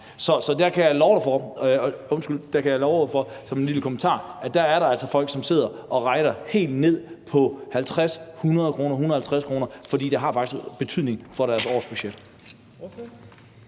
Der kan jeg love jer for, som en lille kommentar, at der altså er folk, som sidder og regner helt ned på 50 kr., 100 kr. og 150 kr., for det har faktisk betydning for deres årsbudget.